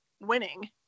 winning